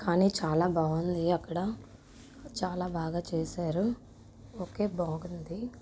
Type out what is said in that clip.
కానీ చాలా బాగుంది అక్కడ చాలా బాగా చేశారు ఒకే బాగుంది